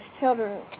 children